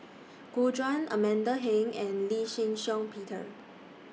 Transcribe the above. Gu Juan Amanda Heng and Lee Shih Shiong Peter